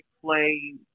play